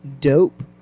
Dope